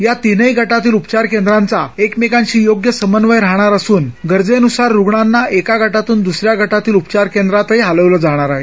या तीनही गटातील उपचार केंद्रांचा एकमेकांशी योग्य समन्वय राहणार असून गरजेनुसार रुग्णांना एका गटातून दुसऱ्या गटातील उपचार केंद्रात हलवलं जाणार आहे